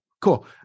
Cool